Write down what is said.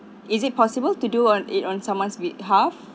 is it possible to do it on it on someone's behalf